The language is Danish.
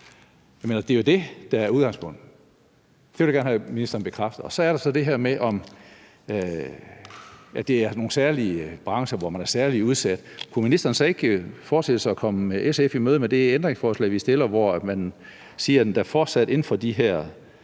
Det er jo det, der er udgangspunktet. Det vil jeg gerne have, at ministeren bekræfter. Så er der så det her med, at det er nogle særlige brancher, hvor man er særlig udsat. Kunne ministeren så ikke forestille sig at komme SF i møde med det ændringsforslag, vi stiller, hvor man siger, at der fortsat inden for de her